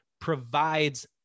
provides